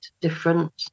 different